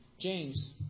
James